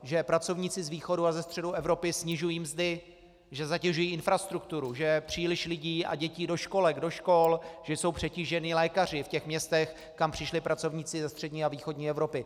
Že pracovníci z východu a ze středu Evropy snižují mzdy, že zatěžují infrastrukturu, že je příliš lidí a dětí do školek, do škol, že jsou přetíženi lékaři v těch městech, kam přišli pracovníci ze střední a východní Evropy.